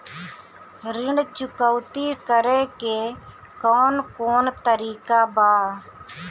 ऋण चुकौती करेके कौन कोन तरीका बा?